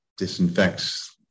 disinfects